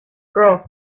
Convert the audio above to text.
girl